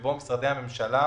שבו משרדי הממשלה